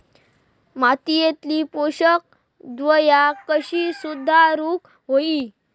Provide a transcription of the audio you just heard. मातीयेतली पोषकद्रव्या कशी सुधारुक होई?